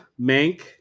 Mank